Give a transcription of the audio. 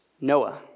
Noah